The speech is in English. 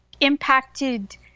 impacted